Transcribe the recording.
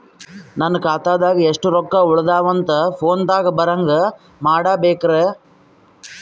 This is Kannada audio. ನನ್ನ ಖಾತಾದಾಗ ಎಷ್ಟ ರೊಕ್ಕ ಉಳದಾವ ಅಂತ ಫೋನ ದಾಗ ಬರಂಗ ಮಾಡ ಬೇಕ್ರಾ?